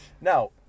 Now